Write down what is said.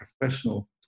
professional